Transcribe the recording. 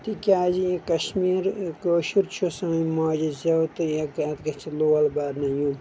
تَکیٛازِ یہِ کشمیٖر کٲشُر چھُ سٲنۍ ماجہِ زٮ۪و تہٕ یک یتھ گژھِ لول برنہٕ یُن